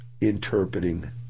interpreting